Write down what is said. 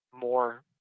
more